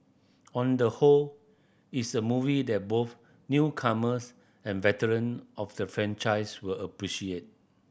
on the whole it's a movie that both newcomers and veteran of the franchise will appreciate